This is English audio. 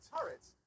turrets